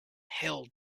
held